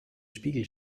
spiegel